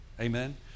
Amen